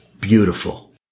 Beautiful